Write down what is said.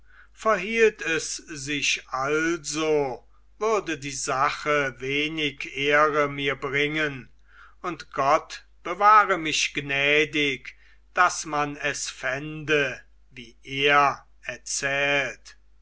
verhielt es sich also würde die sache wenig ehre mir bringen und gott bewahre mich gnädig daß man es fände wie er erzählt